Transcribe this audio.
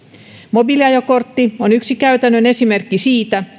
mobiiliajokortti on yksi käytännön esimerkki siitä